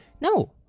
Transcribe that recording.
No